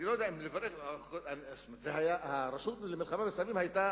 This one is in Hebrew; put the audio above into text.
אני לא יודע אם לברך: הרשות למלחמה בסמים היתה